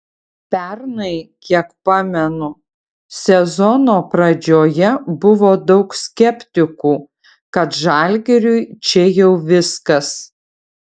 pernai kiek pamenu sezono pradžioje buvo daug skeptikų kad žalgiriui čia jau viskas